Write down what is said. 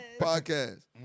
Podcast